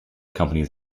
companies